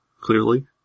clearly